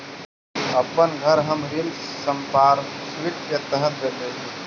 अपन घर हम ऋण संपार्श्विक के तरह देले ही